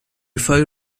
فای